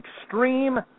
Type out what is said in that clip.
extreme